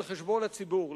על חשבון הציבור.